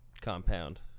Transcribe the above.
Compound